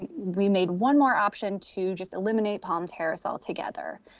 we made one more option to just eliminate palm terrace altogether.